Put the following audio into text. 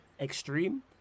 extreme